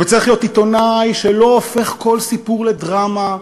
וצריך להיות עיתונאי שלא הופך כל סיפור לדרמה,